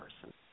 person